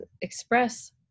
express